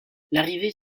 l’arrivée